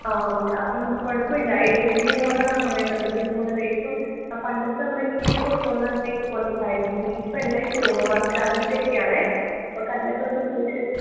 ആ ഉണ്ട് അപ്പോൾ നമുക്ക് കുഴപ്പമില്ല ഏത് പുതിയ മോഡലാണോ വേണ്ടത് പുതിയ മോഡല് ഇപ്പം പണ്ടത്തെ നമ്മുടെ കിലുക്കൊക്കെ ഉള്ള സൈസ് കൊലുസായിരിക്കും പക്ഷേ ഇപ്പം എല്ലാം ഈ സ്റ്റോൺ വർക്ക് അങ്ങനത്തെയൊക്കെയാണ് അപ്പോൾ കല്ലൊക്കെ നമ്മൾ സൂക്ഷിച്ച്